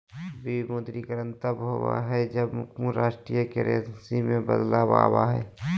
विमुद्रीकरण तब होबा हइ, जब राष्ट्रीय करेंसी में बदलाव आबा हइ